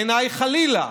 חלילה,